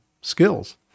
skills